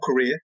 career